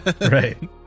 Right